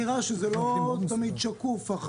לא תמיד החלוקה שקופה.